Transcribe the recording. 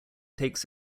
takes